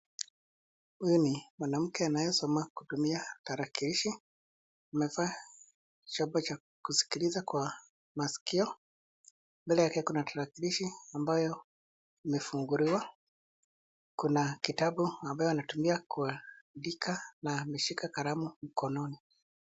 Huyu ni mwanamke anayo soma kutumia tarakilishi, amevaa chombo cha kusikiliza kwa maskio, mbele yake kuna tarakilishi ambayo imefunguliwa, kuna kitabu ambayo anatumia kuandika na ameshika kalamu mkononi.